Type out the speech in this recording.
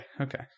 okay